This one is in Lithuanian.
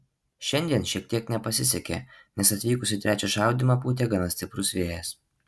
šiandien šiek tiek nepasisekė nes atvykus į trečią šaudymą pūtė gana stiprus vėjas